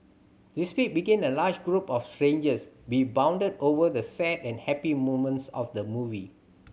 despite being a large group of strangers we bonded over the sad and happy moments of the movie